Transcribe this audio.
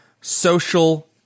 Social